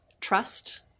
trust